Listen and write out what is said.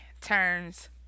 turns